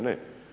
Ne.